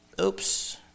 Oops